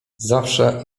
zawsze